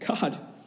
God